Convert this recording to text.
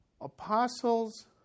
Apostles